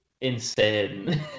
insane